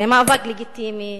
זה מאבק לגיטימי,